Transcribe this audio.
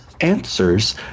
answers